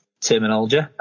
terminology